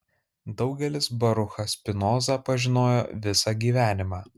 daugelis baruchą spinozą pažinojo visą gyvenimą